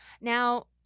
Now